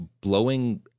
blowing